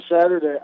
saturday